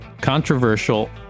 Controversial